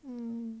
um